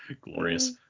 Glorious